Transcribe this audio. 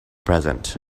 present